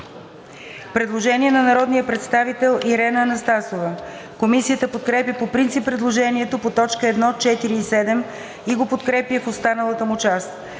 Предложение на народния представител Ирена Анастасова. Комисията подкрепя по принцип предложението по т. 1, 4 и 7 и го подкрепя в останалата му част.